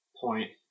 point